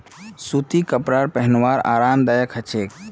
सूतीर कपरा पिहनवार आरामदायक ह छेक